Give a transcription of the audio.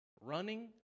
running